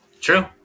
True